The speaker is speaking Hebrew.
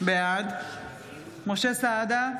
בעד משה סעדה,